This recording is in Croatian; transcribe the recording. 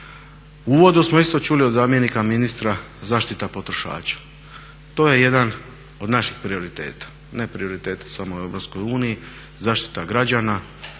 uvodu smo isto čuli od zamjenika ministra zaštita potrošača. To je jedan od naših prioriteta. Ne prioriteta samo u EU, zaštita građana